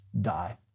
die